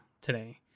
today